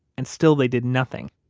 and still they did nothing.